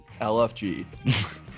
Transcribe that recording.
lfg